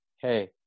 hey